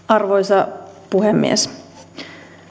arvoisa puhemies